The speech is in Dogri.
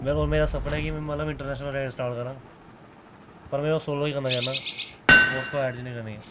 मेरा सपना ऐ के में इंटरनेशनल राइड स्टार्ट करां पर में सोलो ई करना चाहनां उस च राइड निं करनी